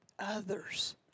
others